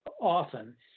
often